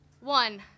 One